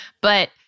but-